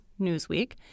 Newsweek